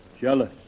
jealous